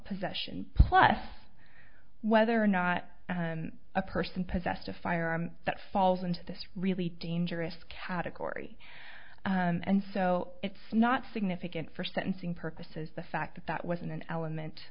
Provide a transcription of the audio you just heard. possession plus whether or not a person possessed a firearm that falls into this really dangerous category and so it's not significant for sentencing purposes the fact that that was an element